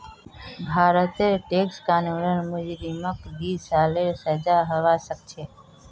भारतेर टैक्स कानूनत मुजरिमक दी सालेर सजा हबा सखछे